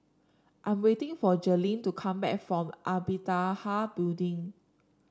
I'm waiting for Jaelyn to come back from Amitabha Building